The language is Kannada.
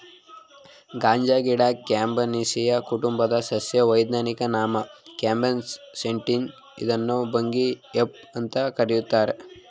ಗಾಂಜಾಗಿಡ ಕ್ಯಾನಬಿನೇಸೀ ಕುಟುಂಬದ ಸಸ್ಯ ವೈಜ್ಞಾನಿಕ ನಾಮ ಕ್ಯಾನಬಿಸ್ ಸೇಟಿವ ಇದ್ನ ಭಂಗಿ ಹೆಂಪ್ ಅಂತ ಕರೀತಾರೆ